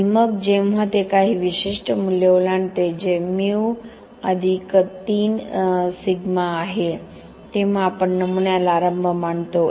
आणि मग जेव्हा ते काही विशिष्ट मूल्य ओलांडते जे μ 3 σ आहे तेव्हा आपण नमुन्याला आरंभ मानतो